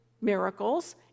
miracles